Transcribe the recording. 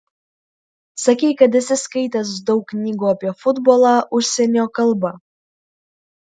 sakei kad esi skaitęs daug knygų apie futbolą užsienio kalba